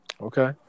Okay